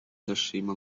ndashima